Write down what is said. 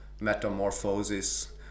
metamorphosis